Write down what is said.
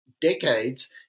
decades